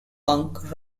punk